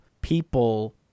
people